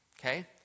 okay